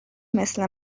مثل